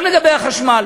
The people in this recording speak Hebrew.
גם לגבי החשמל.